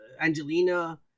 Angelina